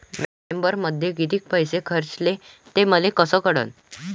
म्या डिसेंबरमध्ये कितीक पैसे खर्चले मले कस कळन?